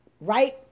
right